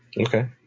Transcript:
Okay